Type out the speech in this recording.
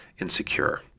insecure